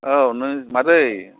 औ नों मादै